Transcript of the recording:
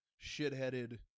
shitheaded